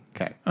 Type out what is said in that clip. Okay